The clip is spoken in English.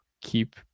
keep